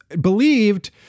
believed